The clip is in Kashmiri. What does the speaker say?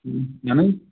اَہَن حظ